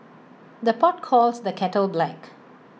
the pot calls the kettle black